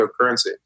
cryptocurrency